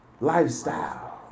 lifestyle